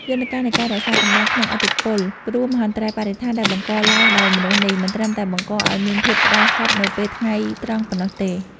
យន្តការនៃការរក្សាកម្ដៅក្នុងឥទ្ធិពល គ្រោះមហន្តរាយបរិស្ថានដែលបង្កឡើងដោយមនុស្សនេះ មិនត្រឹមតែបង្កឱ្យមានភាពក្ដៅហប់នៅពេលថ្ងៃត្រង់ប៉ុណ្ណោះទេ។